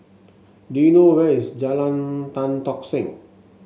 do you know where is Jalan Tan Tock Seng